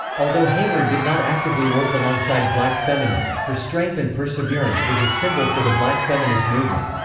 although hamer did not actively work alongside black feminist, her strength and perseverance was a symbol for the black feminist movement.